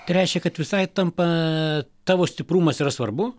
tai reiškia kad visai tampa tavo stiprumas yra svarbu